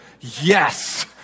yes